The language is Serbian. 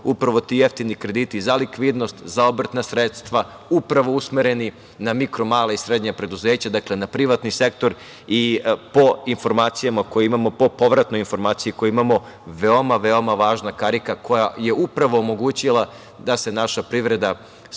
upravo ti jeftini krediti za likvidnost, za obrtna sredstva, upravo usmereni na mikro mala i srednja preduzeća, dakle, na privatni sektor. Po informacijama koje imamo, po povratnoj informaciji koju imamo, to je veoma, veoma važna karika koja je upravo omogućila da se naša privreda spase,